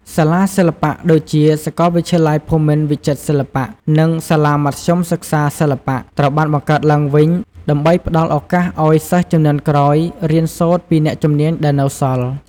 សាលាសិល្បៈដូចជា សាកលវិទ្យាល័យភូមិន្ទវិចិត្រសិល្បៈ និងសាលាមធ្យមសិក្សាសិល្បៈ ត្រូវបានបង្កើតឡើងវិញ ដើម្បីផ្តល់ឱកាសឱ្យសិស្សជំនាន់ក្រោយរៀនសូត្រពីអ្នកជំនាញដែលនៅសល់។